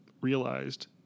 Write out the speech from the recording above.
realized